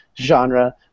genre